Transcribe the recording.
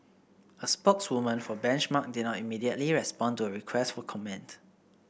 a spokeswoman for Benchmark did not immediately respond to a request for comment